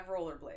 rollerblades